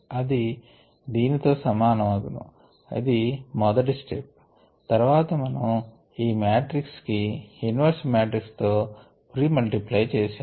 ఇది దీనితో సమానము అగును అది మొదటి స్టెప్ తర్వాత మనం ఈ మాట్రిక్స్ కి ఇన్వర్స్ మాట్రిక్స్ తో ప్రీ మల్టిప్లై చేశాము